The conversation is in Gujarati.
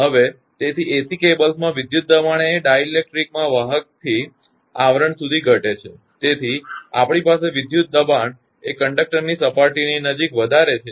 હવે તેથી એસી કેબલ્સમાં વિધુત દબાણ એ ડાઇલેક્ટ્રિકમાં વાહક થી આવરણ સુધી ઘટે છે તેથી આપણી પાસે વિધુત દબાણ એ કંડક્ટરની સપાટીની નજીક વધારે છે